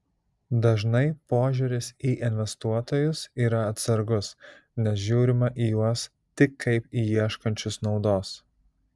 dažnai požiūris į investuotojus yra atsargus nes žiūrima į juos tik kaip į ieškančius naudos